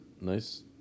nice